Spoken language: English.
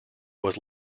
was